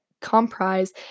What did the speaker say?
comprise